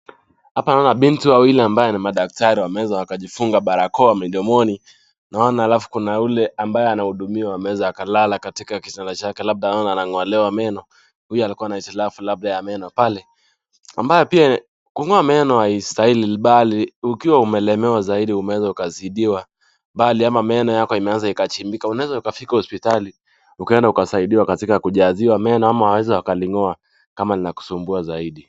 Hapa naona binti wawili ambayo ni madaktari, wameweza wakajifunga barakoa midomoni, naona alafu kuna ule ambaye anahudumiwa, ameweza akalala katika kitanda chake, labda naona anang'olewa meno. Huyu alikuwa na hitilafu labda ya meno pale, ambayo pia, kung'oa meno haistahili, bali ukiwa umelemewa zaidi, umeweza ukazidiwa bali ama meno yako imeweza ikachimbika, inaweza ukafika hospitali, ukaenda ukasaidiwa katika kujaziwa meno ama waeza wakaling'oa kama linakusumbua zaidi.